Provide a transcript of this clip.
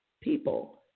people